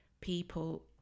People